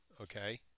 Okay